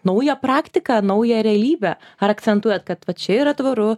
naują praktiką naują realybę ar akcentuojat kad vat čia yra tvaru